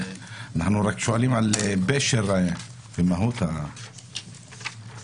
אנחנו רק שואלים על פשר ומהות הבקשה.